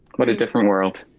but a different world.